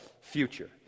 future